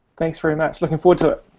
thanks, very much looking forward to it.